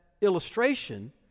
illustration